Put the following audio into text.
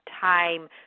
time